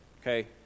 okay